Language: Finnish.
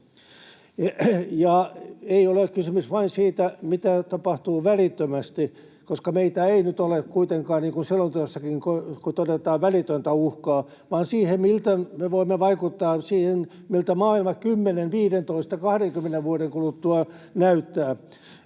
ei ole kysymys vain siitä, mitä tapahtuu välittömästi, koska meillä ei nyt ole kuitenkaan — niin kuin selonteossakin todetaan — välitöntä uhkaa, vaan siitä, miten me voimme vaikuttaa siihen, miltä maailma 10, 15, 20 vuoden kuluttua näyttää.